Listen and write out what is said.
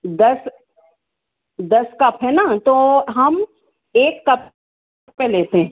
दस दस कप है ना तो हम एक कप पर लेते हैं